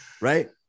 Right